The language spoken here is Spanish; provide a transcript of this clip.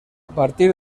partir